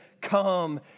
Come